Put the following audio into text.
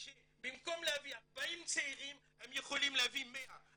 שבמקום להביא 40 צעירים הם יכולים להביא 100 ,